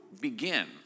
begin